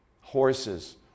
horses